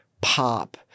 pop